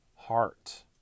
heart